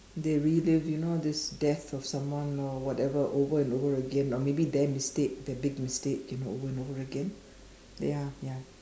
they relive you know this death of someone or whatever over and over again or maybe their mistake their big mistake over and over again ya ya